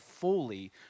fully